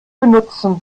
benutzen